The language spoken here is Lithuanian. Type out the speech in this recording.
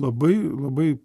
labai labai